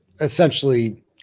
essentially